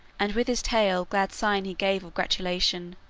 and with his tail glad sign he gave of gratulation,